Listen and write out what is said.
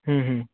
હં હં